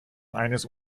eines